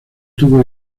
tuvo